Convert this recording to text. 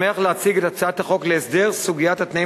אני שמח להציג את הצעת החוק להסדר סוגיית התנאים